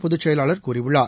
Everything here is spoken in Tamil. பொதுச் செயலாளர் கூறியுள்ளார்